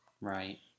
Right